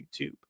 YouTube